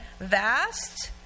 vast